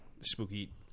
spooky